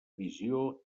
visió